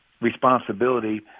responsibility